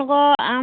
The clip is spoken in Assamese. কিমান দিম